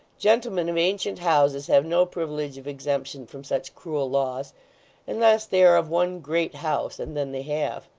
gentlemen of ancient houses have no privilege of exemption from such cruel laws unless they are of one great house, and then they have.